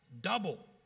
double